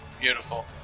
Beautiful